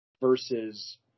Versus